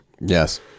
Yes